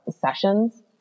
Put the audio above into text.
sessions